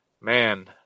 man